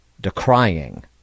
decrying